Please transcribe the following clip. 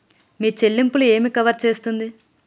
మీ చెల్లింపు ఏమి కవర్ చేస్తుంది?